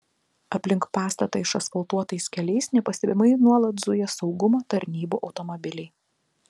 aplink pastatą išasfaltuotais keliais nepastebimai nuolat zuja saugumo tarnybų automobiliai